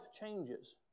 changes